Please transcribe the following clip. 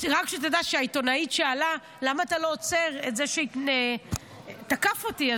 רק שתדע שהעיתונאית שאלה: למה אתה לא עוצר את זה שתקף אותי?